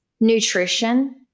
nutrition